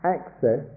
access